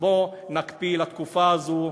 בוא נקפיא לתקופה הזו,